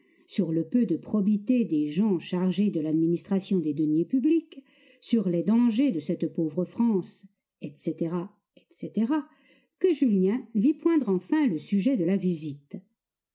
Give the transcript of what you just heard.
sur le peu de probité des gens chargés de l'administration des deniers publics sur les dangers de cette pauvre france etc etc que julien vit poindre enfin le sujet de la visite